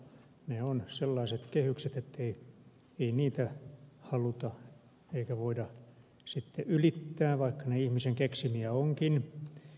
ne ovat sellaiset kehykset ettei niitä haluta eikä voida sitten ylittää vaikka ne ihmisen keksimiä ovatkin